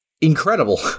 incredible